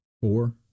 four